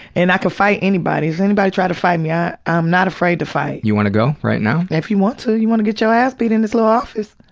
and i can fight anybody. if anybody try to fight me, yeah i'm not afraid to fight. you wanna go, right now? if you want to. you wanna get your ass beat in this little office.